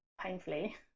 painfully